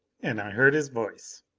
and i heard his voice